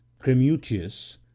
Cremutius